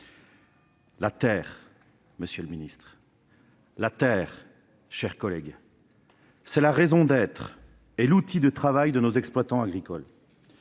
la terre, monsieur le ministre, mes chers collègues, est la raison d'être et l'outil de travail de nos exploitants agricoles